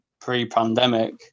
pre-pandemic